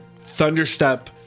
thunderstep